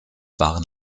waren